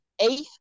eighth